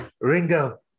Ringo